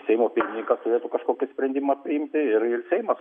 seimo pirmininkas kažkokį sprendimą priimti ir ir seimas